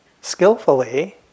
skillfully